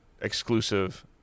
exclusive